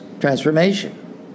transformation